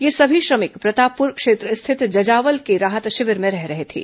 ये सभी श्रमिक प्रतापपुर क्षेत्र स्थित जजावल के राहत शिविर में रह रहे थे